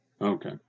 Okay